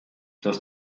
dass